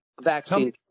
vaccine